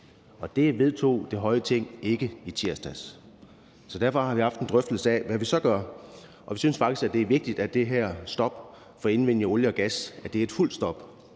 og det vedtog det høje Ting ikke i tirsdags. Derfor har vi haft en drøftelse af, hvad vi så gør, og vi synes faktisk, at det er vigtigt, at det her stop for indvindingen af olie og gas er et fuldt stop.